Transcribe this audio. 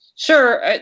Sure